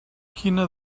quina